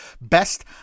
Best